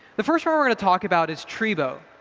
the first one we're gonna talk about his treebo.